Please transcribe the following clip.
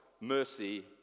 mercy